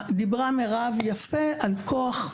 מירב דיברה יפה על כוח,